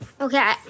Okay